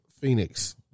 Phoenix